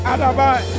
Adabai